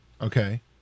okay